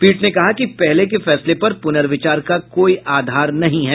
पीठ ने कहा कि पहले के फैसले पर प्रनर्विचार का कोई आधार नहीं है